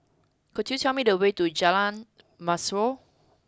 could you tell me the way to Jalan Mashhor